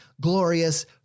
glorious